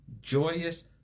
joyous